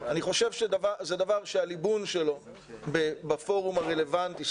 אני חושב שצריך להיות ליבון של הדבר הזה בפורום הרלוונטי,